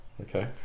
Okay